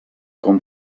com